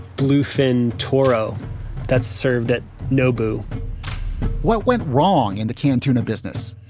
bluefin toro that's served at nobu what went wrong in the canned tuna business?